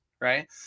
right